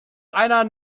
einer